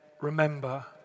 remember